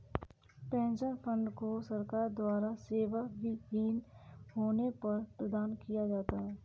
pension fund को सरकार द्वारा सेवाविहीन होने पर प्रदान किया जाता है